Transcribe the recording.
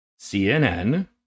CNN